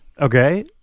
okay